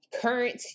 Current